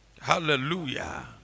Hallelujah